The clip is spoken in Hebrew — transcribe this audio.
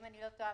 אם אני לא טועה,